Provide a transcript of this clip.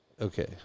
Okay